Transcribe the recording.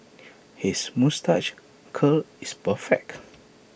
his moustache curl is perfect